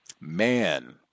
man